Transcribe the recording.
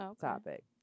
topic